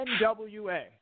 NWA